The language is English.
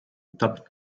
topic